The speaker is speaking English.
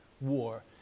war